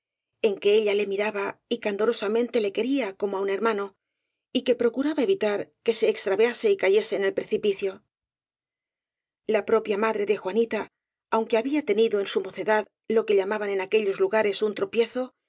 en que ella le miraba y candorosamente le quería como á un hermano y en que procuraba evitar que se extra viase y cayese en el precipicio la propia madre de juanita aunque había tenido en su mocedad lo que llaman en aquellos lugares un tropiezo